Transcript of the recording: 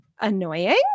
annoying